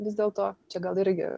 vis dėlto čia gal irgi